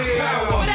power